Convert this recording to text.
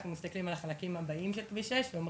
אנחנו מסתכלים על החלקים הבאים של כביש 6 ואומרים